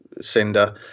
sender